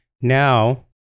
Now